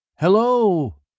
Hello